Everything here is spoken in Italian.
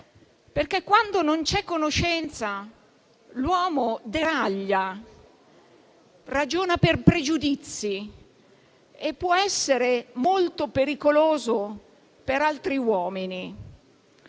Quando non c'è conoscenza l'uomo deraglia, ragiona per pregiudizi e può essere molto pericoloso per altri uomini;